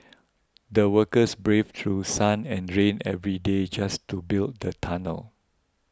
the workers braved through sun and rain every day just to build the tunnel